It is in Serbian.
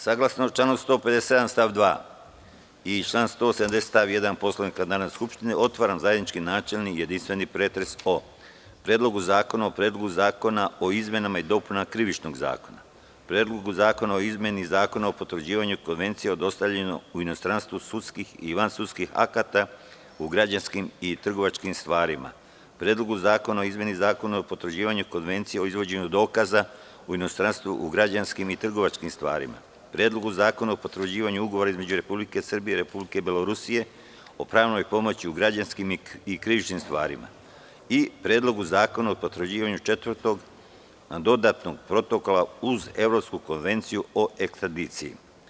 Saglasno članu 157. stav 2. i članu 170. stav 1. Poslovnika Narodne skupštine, otvaram zajednički načelni i jedinstveni pretres o: Predlogu zakona o izmenama i dopunama Krivičnog zakonika; Predlogu zakona o izmeni Zakona o potvrđivanju Konvencije o dostavljanju u inostranstvu sudskih i vansudskih akata u građanskim i trgovačkim stvarima; Predlogu zakona o izmeni Zakona o potvrđivanju Konvencije o izvođenju dokaza u inostranstvu u građanskim i trgovačkim stvarima; Predlogu zakona o potvrđivanju Ugovora između Republike Srbije i Republike Belorusije o pravnoj pomoći u građanskim i krivičnim stvarima i Predlogu zakona o potvrđivanju Četvrtog dodatnog protokola uz Evropsku konvenciju o ekstradiciji.